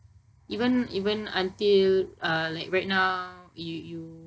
even even until uh like right now y~ you